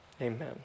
amen